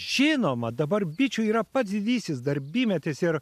žinoma dabar bičių yra pats didysis darbymetis ir